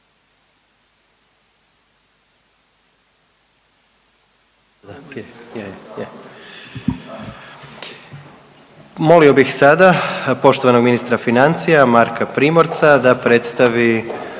Molio bih sada poštovanog ministra financija Marka Primorca da predstavi